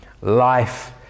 Life